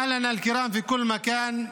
(אומר דברים בשפה הערבית,